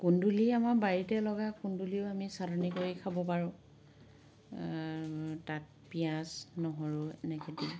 কুন্দুলী আমাৰ বাৰীতে লগা কুন্দুলীও আমি চাটনী কৰি খাব পাৰোঁ তাত পিয়াঁজ নহৰু এনেকে দি